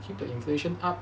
keep the inflation up